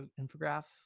infograph